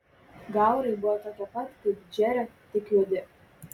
gaurai buvo tokie pat kaip džerio tik juodi